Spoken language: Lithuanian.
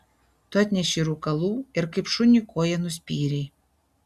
tu atnešei rūkalų ir kaip šuniui koja nuspyrei